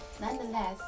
nonetheless